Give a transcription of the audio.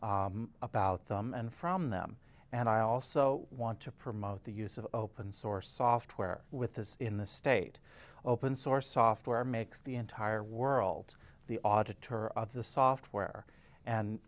kept about them and from them and i also want to promote the use of open source software with this in the state open source software makes the entire world the auditor of the software and